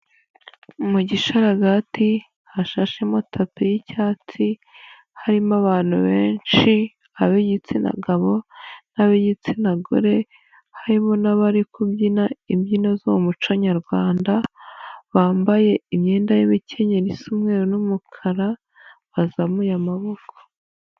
Mu gisharagati hashashemo tapi y'icyatsi, harimo abantu benshi, ab'igitsina gabo n'ab'igitsina gore, harimo n'abari kubyina imbyino zo mu muco nyarwanda, bambaye imyenda y'imikenyero isa umweru n'umukara, bazamuye amaboko.